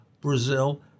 Brazil